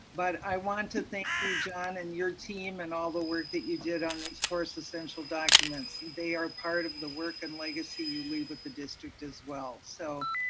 but i want to thank you john and your team and all the work you did on these course, essential documents. they are part of the work and legacy you leave but the district as well. so